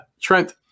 Trent